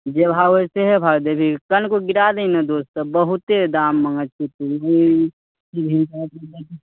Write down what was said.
जे भाव हइ सएह भाव देबही कनिको गिरा दही ने दोस्त बहुते दाम मङ्गैत छिही